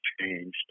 changed